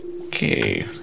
okay